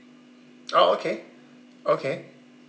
oh okay okay